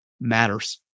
matters